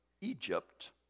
Egypt